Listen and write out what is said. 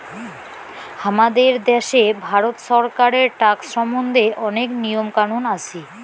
হামাদের দ্যাশে ভারত ছরকারের ট্যাক্স সম্বন্ধে অনেক নিয়ম কানুন আছি